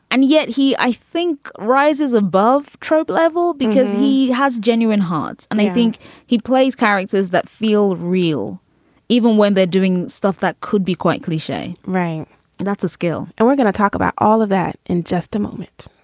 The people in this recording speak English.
and yet he, i think, rises above trope level because he has genuine hearts. and i think he plays characters that feel real even when they're doing stuff that could be quite cliche right. and that's a skill. and we're gonna talk about all of that in just a moment